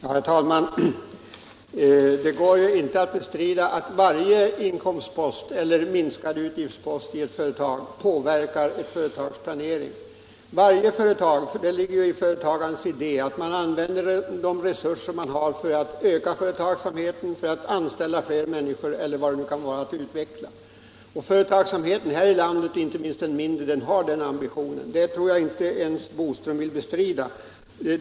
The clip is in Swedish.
Herr talman! Det går inte att bestrida att varje inkomstpost eller minskad utgiftspost i ett företag påverkar företagets planering och sysselsättningsförmåga. Det ligger ju i företagsamhetens idé att man använder de resurser man har för att öka verksamheten, anställa fler människor eller utveckla nya produkter. Företagsamheten här i landet — inte minst den mindre — har den ambitionen. Det tror jag att inte heller herr Boström vill bestrida.